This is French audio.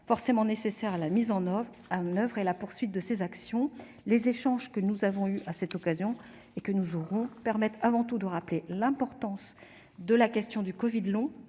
forcément nécessaire à la mise en oeuvre et la poursuite de ces actions. Les échanges que nous avons eus à cette occasion, et que nous aurons, permettent avant tout de rappeler l'importance de la question du covid long